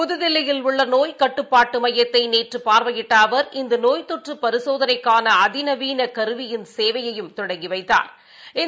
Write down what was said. புதுதில்லியில் உள்ளநோய் கட்டுப்பாட்டுமையத்தைநேற்றபாா்வையிட்டஅவா் இந்தநோய் தொற்றுபரிசோதனைக்கானஅதிநவீனகருவியின் சேவையையும் தொடங்கிவைத்தாா்